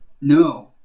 No